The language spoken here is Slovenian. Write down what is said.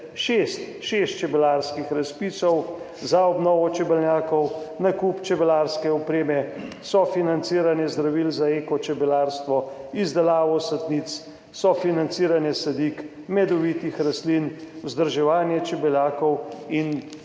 66 čebelarskih razpisov za obnovo čebelnjakov, nakup čebelarske opreme, sofinanciranje zdravil, za eko čebelarstvo, izdelavo satnic, sofinanciranje sadik, medovitih rastlin, vzdrževanje čebelnjakov in